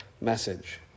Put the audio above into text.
message